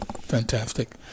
Fantastic